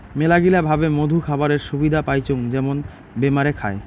মেলাগিলা ভাবে মধু খাবারের সুবিধা পাইচুঙ যেমন বেমারে খায়